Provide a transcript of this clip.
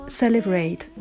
celebrate